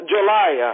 July